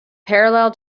parallel